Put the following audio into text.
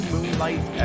Moonlight